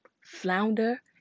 Flounder